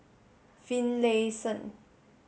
Finlayson